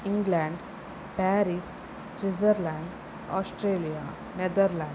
England Paris Switzerland Australia Netherlands